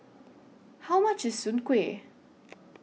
How much IS Soon Kway